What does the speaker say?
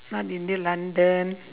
not india london